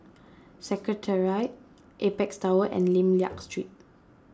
Secretariat Apex Tower and Lim Liak Street